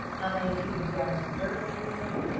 how many cubic yards of dirt were removed?